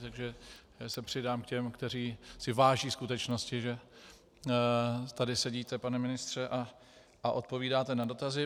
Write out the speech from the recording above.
Takže se přidám k těm, kteří si váží skutečnosti, že tady sedíte, pane ministře, a odpovídáte na dotazy.